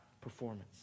performance